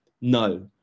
no